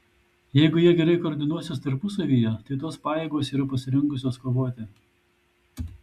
jeigu jie gerai koordinuosis tarpusavyje tai tos pajėgos yra pasirengusios kovoti